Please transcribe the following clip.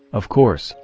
of course,